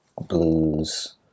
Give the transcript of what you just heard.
blues